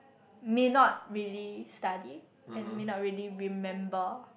may not really study and may not really remember